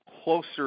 closer